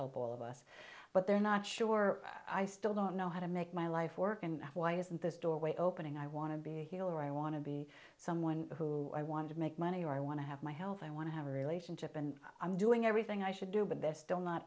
help all of us but they're not sure i still don't know how to make my life work and why isn't this doorway opening i want to be a healer i want to be someone who i want to make money or i want to have my health i want to have a relationship and i'm doing everything i should do but they're still not